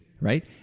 right